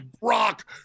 Brock